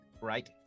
right